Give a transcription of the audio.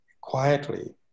quietly